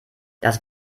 das